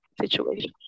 situation